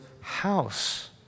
house